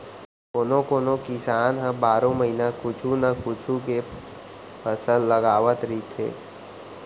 कोनो कोनो किसान ह बारो महिना कुछू न कुछू के फसल लगावत रहिथे